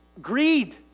Greed